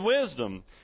wisdom